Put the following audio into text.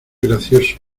gracioso